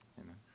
amen